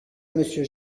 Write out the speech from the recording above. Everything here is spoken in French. monsieur